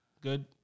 Good